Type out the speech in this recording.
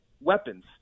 weapons